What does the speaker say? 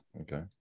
Okay